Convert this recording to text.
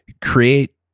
create